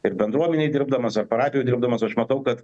ir bendruomenėj dirbdamas ir parapijoj dirbdamas aš matau kad